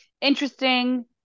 Interesting